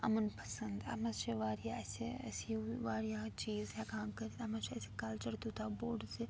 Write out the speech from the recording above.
امن پَسنٛد اَتھ منٛز چھِ واریاہ اسہِ أسۍ یہِ واریاہ چیٖز ہیٚکان کٔرِتھ اَتھ منٛز چھُ اسہِ کَلچَر تیٛوتاہ بوٚڑ زِ